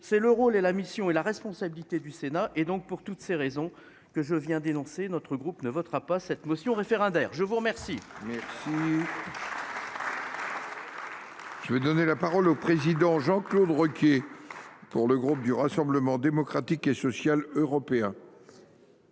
c'est le rôle et la mission et la responsabilité du Sénat et donc pour toutes ces raisons que je viens d'énoncer notre groupe ne votera pas cette motion référendaire. Je vous remercie.